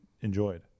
enjoyed